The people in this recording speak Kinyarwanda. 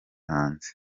hanze